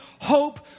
Hope